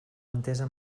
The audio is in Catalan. entesa